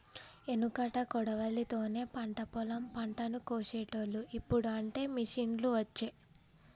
ఎనుకట కొడవలి తోనే పంట పొలం పంటను కోశేటోళ్లు, ఇప్పుడు అంటే మిషిండ్లు వచ్చే